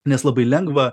nes labai lengva